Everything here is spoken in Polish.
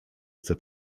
chce